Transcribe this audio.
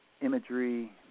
imagery